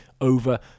over